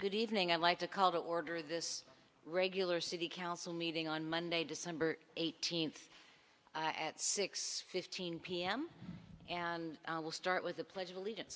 good evening i'd like to call to order this regular city council meeting on monday december eighteenth at six fifteen pm and we'll start with the pledge of allegiance